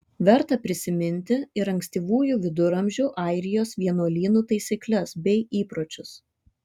verta prisiminti ir ankstyvųjų viduramžių airijos vienuolynų taisykles bei įpročius